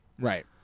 Right